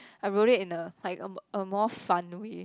I wrote it in a like a a more fun way